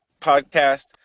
podcast